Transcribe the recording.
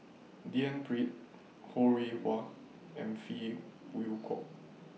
D N Pritt Ho Rih Hwa and Phey Yew Kok